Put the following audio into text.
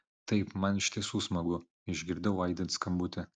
taip man iš tiesų smagu išgirdau aidint skambutį